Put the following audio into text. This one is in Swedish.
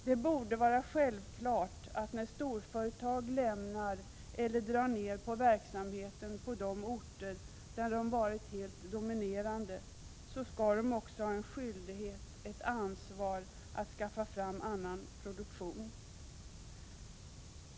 Det borde vara självklart, att storföretag, när de lämnar eller drar ner på verksamheten på de orter där de varit helt dominerande, också skall ha en skyldighet, ett ansvar, att skaffa fram annan produktion.